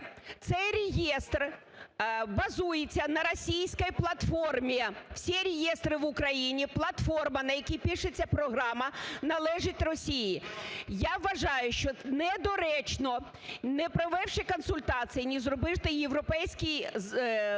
цей реєстр базується на російській платформі. Все реестры в Украине, платформа, на якій пишеться програма, належить Росії. Я вважаю, недоречно, не провівши консультації, не зробивши європейський спосіб